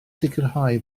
sicrhau